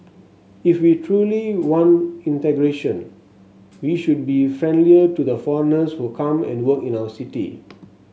if we truly want integration we should be friendlier to the foreigners who come and work in our city